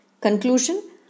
Conclusion